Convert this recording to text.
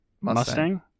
Mustang